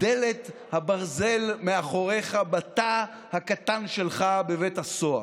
דלת הברזל מאחוריך בתא הקטן שלך בבית הסוהר.